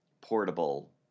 portable